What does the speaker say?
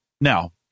Now